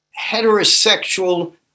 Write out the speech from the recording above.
heterosexual